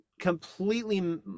completely